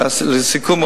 לסיכום,